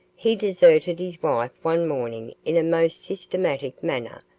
he deserted his wife one morning in a most systematic manner,